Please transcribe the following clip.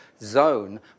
zone